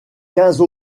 quinze